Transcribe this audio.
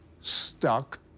stuck